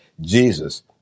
Jesus